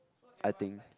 I think